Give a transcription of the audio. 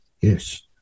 Yes